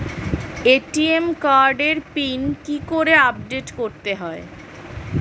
ATM কার্ডের pin কি করে আপডেট করতে হয়?